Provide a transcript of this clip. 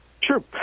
Sure